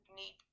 need